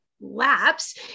Lapse